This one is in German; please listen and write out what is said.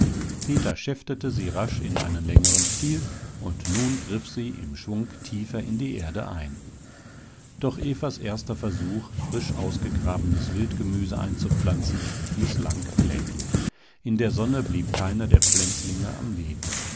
peter schäftete sie rasch in einen längeren stiel und nun griff sie im schwung tiefer in die erde ein doch evas erster versuch frisch ausgegrabenes wildgemüse einzupflanzen mißlang kläglich in der sonne blieb keiner der pflänzlinge am leben